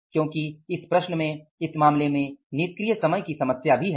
क्योंकि इस मामले में निष्क्रिय समय की समस्या भी है